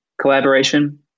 collaboration